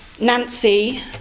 Nancy